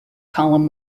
column